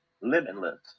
Limitless